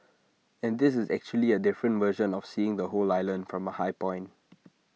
and this is actually A different version of seeing the whole island from A high point